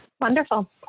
Wonderful